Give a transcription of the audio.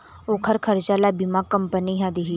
ओखर खरचा ल बीमा कंपनी ह दिही